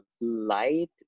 light